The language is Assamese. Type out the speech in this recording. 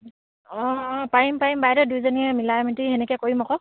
অঁ পাৰিম পাৰিম বাইদেউ দুইজনীয়ে মিলাই মিতি সেনেকে কৰিম আকৌ